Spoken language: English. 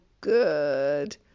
good